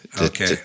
Okay